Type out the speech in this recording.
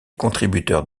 contributeurs